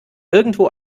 irgendwo